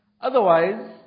Otherwise